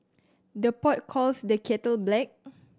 the pot calls the kettle black